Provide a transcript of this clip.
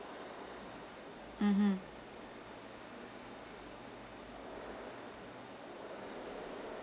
mmhmm